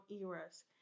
eras